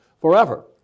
forever